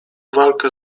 walkę